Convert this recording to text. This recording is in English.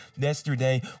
yesterday